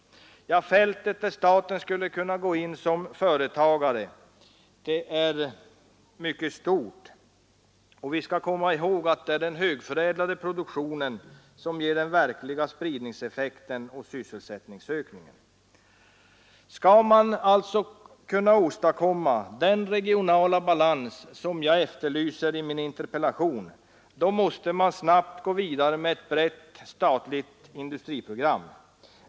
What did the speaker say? Ja, fältet där staten skulle kunna gå in som företagare är stort, och vi skall komma ihåg att det är den högförädlade produkten som ger den verkliga spridningseffekten och sysselsättningsökningen. Skall man alltså kunna åstadkomma den regionala balans som jag efterlyser i min interpellation måste man snabbt gå vidare med ett brett statligt industriprogram.